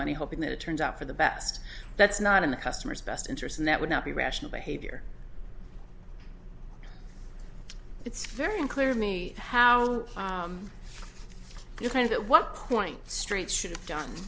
money hoping that it turns out for the best that's not in the customer's best interest and that would not be rational behavior it's very unclear to me how you kind of at what point street should have done